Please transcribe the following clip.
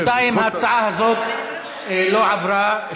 בינתיים, ההצעה הזאת לא עברה.